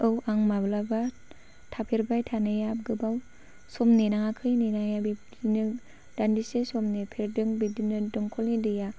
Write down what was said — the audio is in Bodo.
औ आं माब्लाबा थाफेरबाय थानाया गोबाव सम नेनाङाखै नेनाया बिब्दिनो दान्दिसे सम नेफेरदों बिदिनो दंखलनि दैया